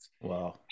Wow